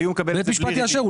ובית משפט יאשר.